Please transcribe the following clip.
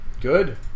Good